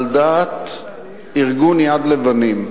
על דעת ארגון "יד לבנים".